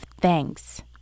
Thanks